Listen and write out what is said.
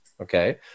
Okay